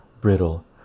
Brittle